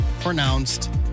pronounced